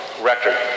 record